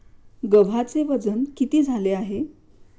गव्हाचे वजन किती झाले आहे?